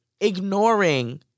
ignoring